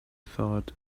thought